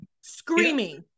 screaming